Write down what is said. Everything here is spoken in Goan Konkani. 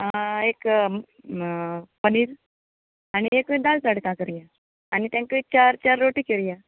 आं एक पनीर आनी एक दाल तडका करया आनी तेंका एक चार चार रोटी करया